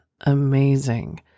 amazing